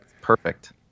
Perfect